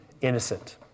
innocent